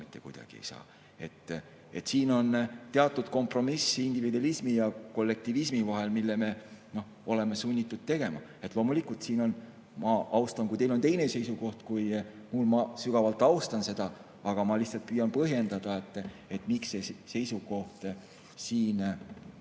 Siin on teatud kompromiss individualismi ja kollektivismi vahel, mille me oleme sunnitud tegema. Loomulikult, kui teil on teine seisukoht kui mul, siis ma sügavalt austan seda, aga ma lihtsalt püüan põhjendada, miks see seisukoht mul